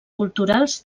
culturals